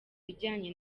bijyanye